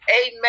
amen